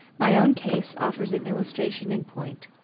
my own case offers an illustration in point,